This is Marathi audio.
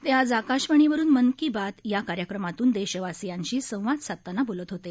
ते आज आकाशवाणीवरून मन की बात या कार्यक्रमातून देशवासीयांशी संवाद साधताना बोलत होते